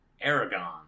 aragon